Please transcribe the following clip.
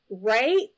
Right